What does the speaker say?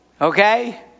Okay